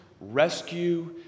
rescue